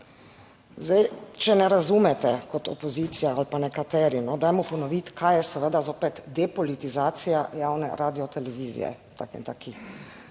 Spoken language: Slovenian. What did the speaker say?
Zdaj, če ne razumete kot opozicija ali pa nekateri, dajmo ponoviti, kaj je seveda zopet depolitizacija javne radiotelevizije